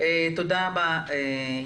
תודה יעל.